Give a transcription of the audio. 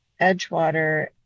Edgewater